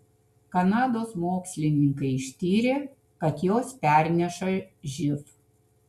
kanados mokslininkai ištyrė kad jos perneša živ